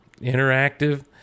interactive